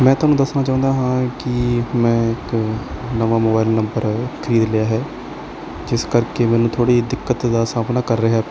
ਮੈਂ ਤੁਹਾਨੂੰ ਦੱਸਣਾ ਚਾਹੁੰਦਾ ਹਾਂ ਕਿ ਮੈਂ ਇੱਕ ਨਵਾਂ ਮੋਬਾਈਲ ਨੰਬਰ ਖਰੀਦ ਲਿਆ ਹੈ ਜਿਸ ਕਰਕੇ ਮੈਨੂੰ ਥੋੜ੍ਹੀ ਦਿੱਕਤ ਦਾ ਸਾਹਮਣਾ ਕਰ ਰਿਹਾ